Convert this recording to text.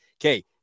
okay